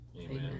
Amen